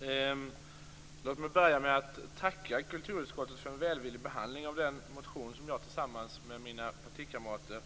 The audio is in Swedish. Herr talman! Låt mig börja med att tacka kulturutskottet för en välvillig behandling av den motion som jag tillsammans med mina partikamrater